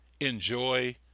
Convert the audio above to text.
Enjoy